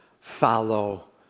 follow